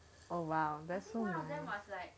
oh !wow!